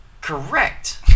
correct